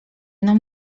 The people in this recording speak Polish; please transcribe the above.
nam